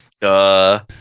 Duh